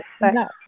No